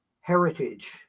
heritage